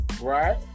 Right